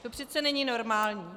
To přece není normální.